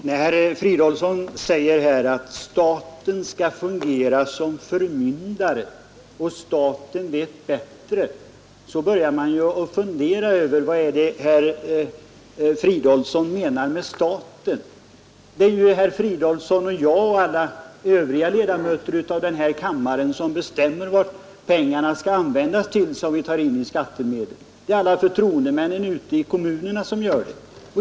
Herr talman! När herr Fridolfsson i Stockholm säger att staten här skulle fungera som förmyndare och när han frågar om staten vet bättre, börjar man fundera över vad herr Fridolfsson menar med ”staten”. Det är ju herr Fridolfsson och jag och alla övriga ledamöter av denna kammaren som bestämmer vad skattepengarna skall användas till. Det är vidare alla förtroendemän ute i kommunerna.